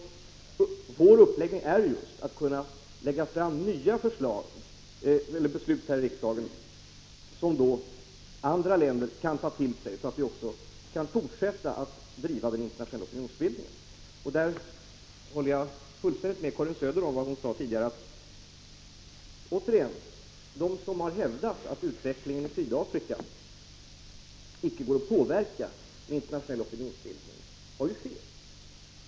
Vår uppläggning är ju att kunna få fram nya beslut här i riksdagen som alla länder kan ta till sig, så att vi också kan fortsätta att driva den internationella opinionsbildningen. Och jag håller fullständigt med Karin Söder när hon tidigare sade att de som har hävdat att utvecklingen i Sydafrika icke går att påverka med internationell opinionsbildning har fel.